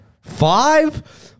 five